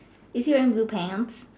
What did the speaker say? is he wearing blue pants